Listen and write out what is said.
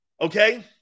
Okay